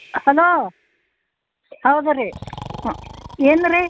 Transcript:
hello ಹೌದು ರೀ ಹ್ಞೂ ಏನು ರೀ